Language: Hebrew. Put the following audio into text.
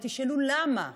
ותשאלו למה.